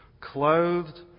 clothed